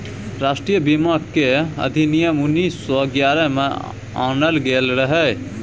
राष्ट्रीय बीमा केर अधिनियम उन्नीस सौ ग्यारह में आनल गेल रहे